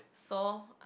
so